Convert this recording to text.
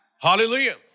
Hallelujah